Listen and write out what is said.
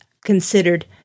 considered